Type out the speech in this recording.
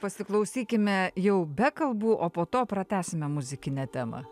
pasiklausykime jau be kalbų o po to pratęsime muzikinę temą